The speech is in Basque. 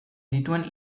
dituen